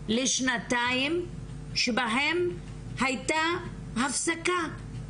כתוב, שנוכל להתייחס אליה ולתת את כל